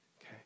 okay